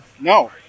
No